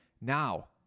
Now